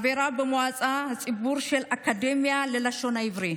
חברה במועצה הציבורית של האקדמיה ללשון העברית.